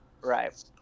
Right